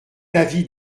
l’avis